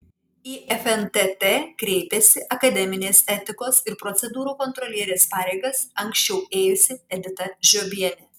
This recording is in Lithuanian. į fntt kreipėsi akademinės etikos ir procedūrų kontrolierės pareigas anksčiau ėjusi edita žiobienė